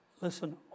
Listen